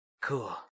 cool